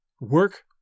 work